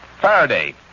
Faraday